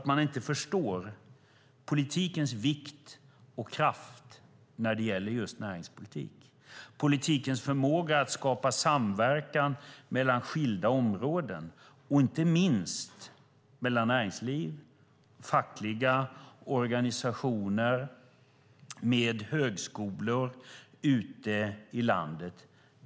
Man förstår inte politikens vikt och kraft när det gäller näringspolitiken, politikens förmåga att skapa samverkan mellan skilda områden, inte minst mellan näringsliv, fackliga organisationer och högskolor ute i landet.